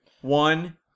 One